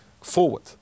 forward